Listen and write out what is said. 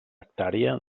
hectàrea